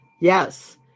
Yes